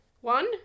one